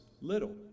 little